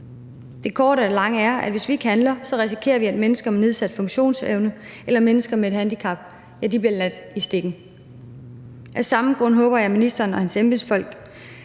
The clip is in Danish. Det korte af det lange er, at hvis vi ikke handler, risikerer vi, at mennesker med nedsat funktionsevne eller mennesker med et handicap bliver ladt i stikken. Af samme grund håber jeg, at ministeren og hans embedsfolk